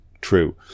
true